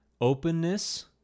openness